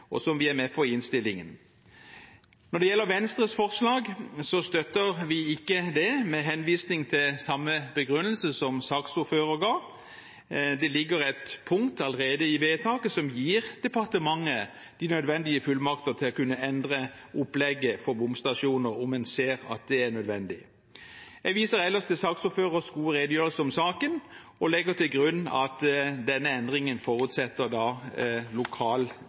gjelder Venstres forslag, støtter vi ikke det, med henvisning til samme begrunnelse som saksordføreren ga. Det ligger allerede et punkt i forslaget til vedtak som gir departementet de nødvendige fullmakter til å kunne endre opplegget for bomstasjoner, om en ser at det er nødvendig. Jeg viser ellers til saksordførerens gode redegjørelse om saken, og legger til grunn at denne endringen forutsetter